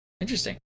Interesting